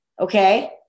okay